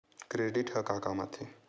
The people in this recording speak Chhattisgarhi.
क्रेडिट ह का काम आथे?